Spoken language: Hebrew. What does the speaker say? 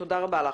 תודה רבה לך.